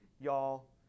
y'all